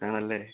ആണല്ലേ